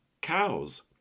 cows